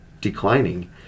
declining